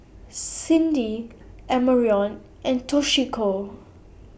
Cindy Amarion and Toshiko